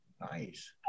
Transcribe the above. Nice